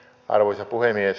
arvoisa puhemies